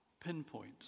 pinpoint